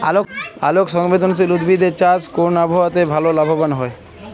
আলোক সংবেদশীল উদ্ভিদ এর চাষ কোন আবহাওয়াতে ভাল লাভবান হয়?